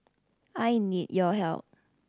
I need your help